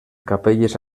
capelles